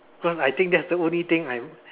cause I think that's the only thing I would